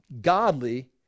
godly